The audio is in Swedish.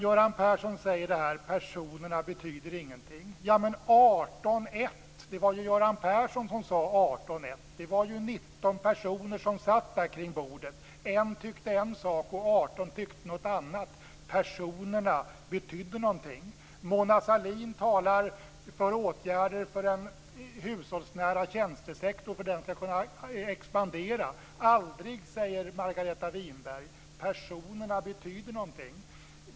Göran Persson säger att personerna inte betyder någonting. Men det var ju Göran Persson som talade om 18-1! Det var ju 19 personer som satt kring bordet. En tyckte en sak, och 18 tyckte någonting annat. Personerna betydde någonting. Mona Sahlin talar för åtgärder för att den hushållsnära tjänstesektorn skall kunna expandera. Aldrig, säger Margareta Winberg. Personerna betyder någonting.